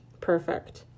Perfect